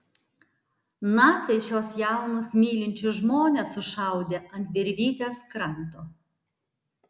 naciai šiuos jaunus mylinčius žmones sušaudė ant virvytės kranto